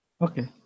okay